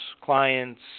clients